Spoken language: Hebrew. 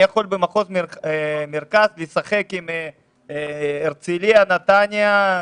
אני יכול במחוז מרכז לשחק עם הרצלייה, נתניה,